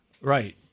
right